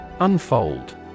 Unfold